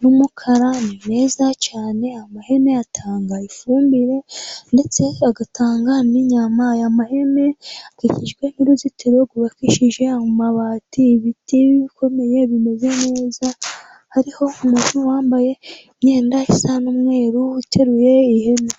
n'umukara ni meza cyane. Amahene atanga ifumbire ndetse agatanga n'inyama, aya mahene akikijwe n'uruzitiro rwubakishije amabati, ibiti bikomeye bimeze neza. Hariho umuntu wambaye imyenda isa n'umweruru uteruye ihene.